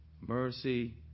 mercy